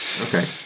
okay